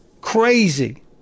crazy